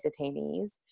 detainees